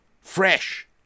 fresh